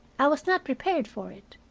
i was not prepared for it.